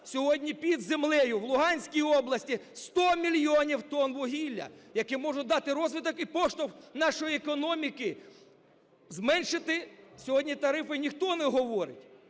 сьогодні під землею у Луганській області 100 мільйонів тонн вугілля, які можуть дати розвиток і поштовх нашої економіки. Зменшити сьогодні тарифи ніхто не говорить.